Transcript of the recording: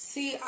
See